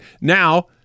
Now